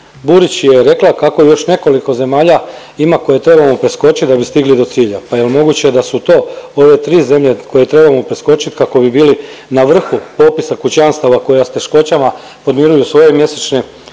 Burić je rekla kako još nekoliko zemalja ima koje trebamo preskočit da bi stigli do cilja, pa je li moguće da su to ove 3 zemlje koje trebamo preskočiti kako bi bili na vrhu popisa kućanstava koje s teškoćama podmiruju svoje mjesečne obaveze,